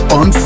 on